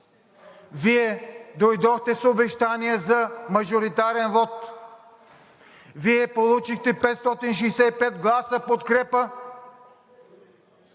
Вие дойдохте с обещание за мажоритарен вот, Вие получихте 565 хил. гласа подкрепа